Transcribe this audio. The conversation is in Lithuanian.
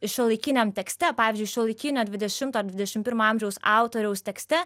ir šiuolaikiniam tekste pavyzdžiui šiuolaikinio dvidešimto ir dvidešimt pirmo amžiaus autoriaus tekste